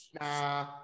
Nah